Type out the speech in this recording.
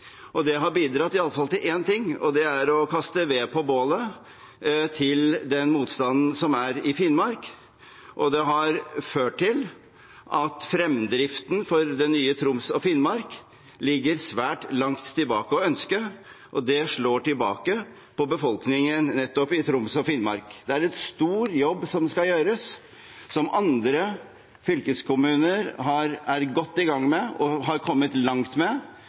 og det har bidratt til iallfall én ting, og det er å kaste ved på bålet til den motstanden som er i Finnmark. Det har også ført til at fremdriften for det nye Troms og Finnmark later svært mye tilbake å ønske, og det slår tilbake på befolkningen nettopp i Troms og Finnmark. Det er en stor jobb som skal gjøres, som andre fylkeskommuner er godt i gang med og er kommet langt med.